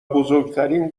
بزرگترین